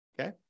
Okay